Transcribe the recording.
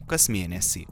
kas mėnesį